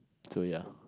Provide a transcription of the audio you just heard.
so ya